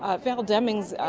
ah valid deming's,